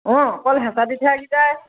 অ অকল হেচা দি থৈ আহিছে